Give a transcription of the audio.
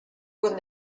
con